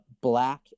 black